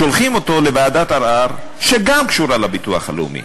שולחים אותו לוועדת ערר שגם היא קשורה לביטוח הלאומי,